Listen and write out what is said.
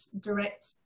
direct